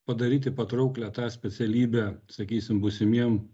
padaryti patrauklią tą specialybę sakysim būsimiem